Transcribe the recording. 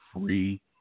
free